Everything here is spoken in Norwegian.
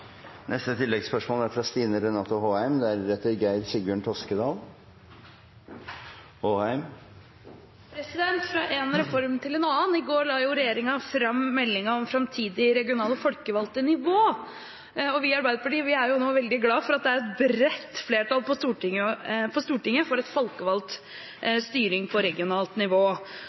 Stine Renate Håheim – til oppfølgingsspørsmål. Fra en reform til en annen: I går la regjeringen fram meldingen om framtidige regionale folkevalgte nivå, og vi i Arbeiderpartiet er veldig glade for at det nå er et bredt flertall på Stortinget for folkevalgt styring på regionalt nivå.